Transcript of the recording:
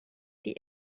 die